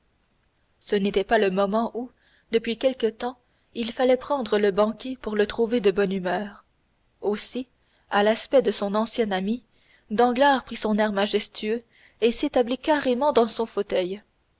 ce n'était pas le moment où depuis quelque temps il fallait prendre le banquier pour le trouver de bonne humeur aussi à l'aspect de son ancien ami danglars prit son air majestueux et s'établit carrément dans son fauteuil